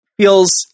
feels